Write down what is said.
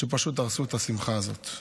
שפשוט הרסו את השמחה הזאת.